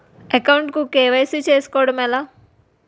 Account కు KYC చేసుకోవడం ఎలా?